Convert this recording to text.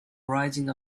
rising